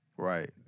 Right